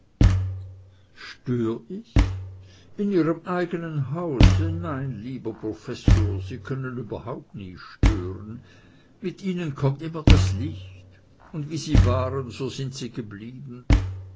stör ich in ihrem eigenen hause nein lieber professor sie können überhaupt nie stören mit ihnen kommt immer das licht und wie sie waren so sind sie geblieben